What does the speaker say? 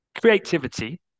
creativity